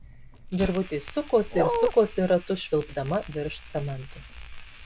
virvutė sukosi ir sukosi ratu švilpdama virš cemento